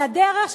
על הדרך,